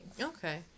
Okay